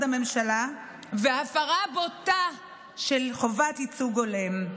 הממשלה והפרה בוטה של חובת ייצוג הולם.